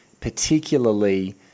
particularly